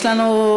יש לנו,